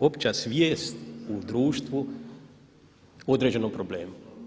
opća svijest u društvu o određenom problemu.